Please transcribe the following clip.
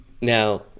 Now